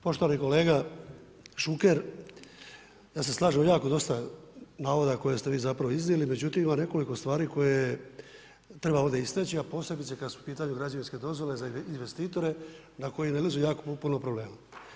Poštovani kolega Šuker, ja se slažem u jako dosta navoda koje ste vi zapravo iznijeli međutim ima nekoliko stvari koje treba ovdje istaći a posebice kad su u pitanju građevinske dozvole za investitore na koje nailazi jako puno problema.